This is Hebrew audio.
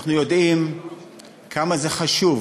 אנחנו יודעים כמה זה חשוב